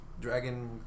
dragon